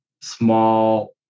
small